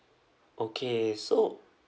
okay so